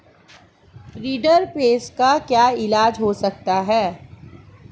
rinderpest का क्या इलाज हो सकता है